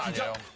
and show